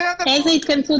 איזה התכנסות בין-לאומית תהיה?